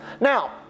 Now